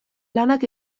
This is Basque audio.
lanak